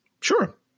Sure